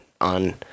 on